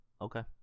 Okay